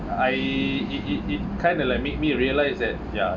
I it it it kind of like made me realise that ya